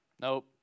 nope